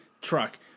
truck